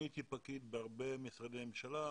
אני הייתי פקיד בהרבה משרדי ממשלה,